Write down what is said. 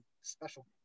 special